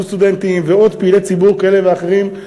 הסטודנטים ועוד פעילי ציבור כאלה ואחרים.